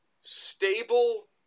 stable